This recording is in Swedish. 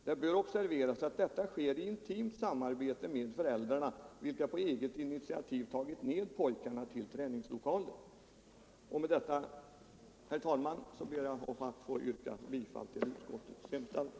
Det bör observeras att detta sker i intimt samarbete med föräldrarna vilka på eget initiativ tagit ned pojkarna till träningslokalen.” Med det anförda, herr talman, ber jag att få yrka bifall till utskottets hemställan.